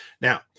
now